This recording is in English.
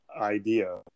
idea